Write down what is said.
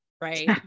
right